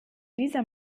dieser